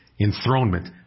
enthronement